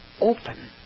open